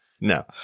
No